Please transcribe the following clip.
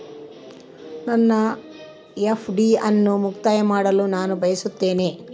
ನನ್ನ ಎಫ್.ಡಿ ಅನ್ನು ಮುಕ್ತಾಯ ಮಾಡಲು ನಾನು ಬಯಸುತ್ತೇನೆ